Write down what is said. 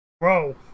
Bro